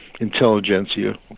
Intelligentsia